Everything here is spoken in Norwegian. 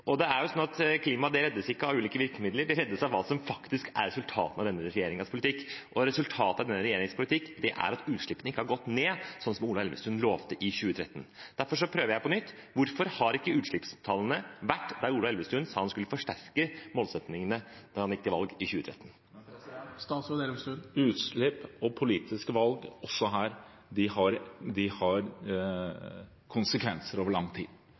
Klimaet reddes ikke av ulike virkemidler. Det reddes av hva som faktisk er resultatet av denne regjeringens politikk, og resultatet av denne regjeringens politikk er at utslippene ikke har gått ned, slik Ola Elvestuen lovte i 2013. Derfor prøver jeg på nytt: Hvorfor har ikke utslippstallene vært i tråd med hvordan Ola Elvestuen sa han skulle forsterke målsettingene da han gikk til valg i 2013? Utslipp og politiske valg har også her konsekvenser over lang tid.